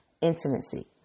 intimacy